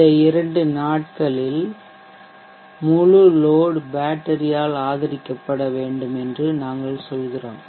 இந்த இரண்டு நாட்களில் அல்லது மேகம் இல்லாத நாட்களில் முழு லோட் பேட்டரியால் ஆதரிக்கப்பட வேண்டும் என்று நாங்கள் சொல்கிறோம்